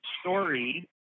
story